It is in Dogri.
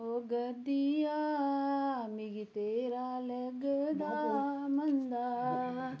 ओ गद्दिया मिकी तेरा लगदा मंदा